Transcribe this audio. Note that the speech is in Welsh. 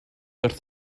wrth